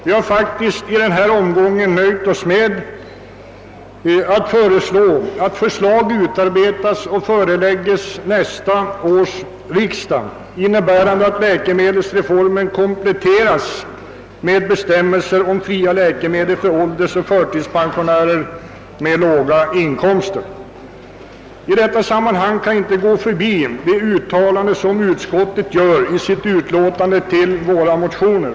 Vi har faktiskt i denna omgång nöjt oss med att hemställa att förslag utarbetas och förelägges nästa års riksdag innebärande att läkemedelsreformen kompletteras med bestämmelser om fria läkemedel för åldersoch förtidspensionärer med låga inkomster. I detta sammanhang kan jag inte gå förbi ett uttalande som utskottet gör i anledning av våra motioner.